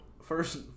first